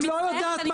אני מצטערת,